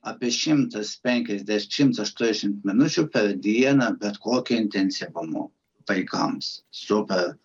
apie šimtas penkiasdešimt šimtas aštuoniasdešimt minučių per dieną bet kokiu intensyvumu vaikams super